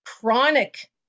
chronic